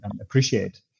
appreciate